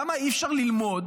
למה אי-אפשר ללמוד